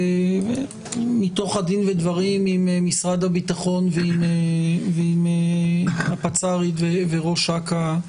מתוך דין ודברים עם משרד הביטחון ועם הפצ"רית וראש אכ"א,